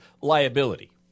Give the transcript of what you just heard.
liability